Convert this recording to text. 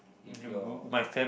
if your